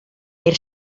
per